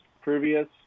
previous